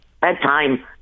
bedtime